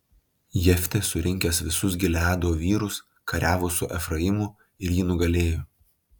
jeftė surinkęs visus gileado vyrus kariavo su efraimu ir jį nugalėjo